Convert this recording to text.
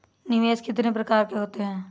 निवेश कितनी प्रकार के होते हैं?